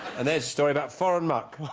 and there's story that foreign muck